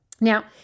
Now